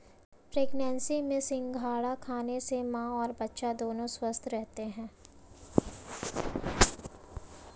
pregnancy में सिंघाड़ा खाने से मां और बच्चा दोनों स्वस्थ रहते है